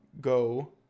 go